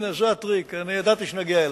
הנה, זה הטריק, ידעתי שנגיע אליו,